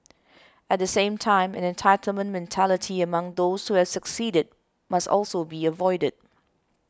at the same time an entitlement mentality among those who have succeeded must also be avoided